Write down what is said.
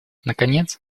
наконец